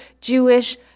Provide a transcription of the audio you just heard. Jewish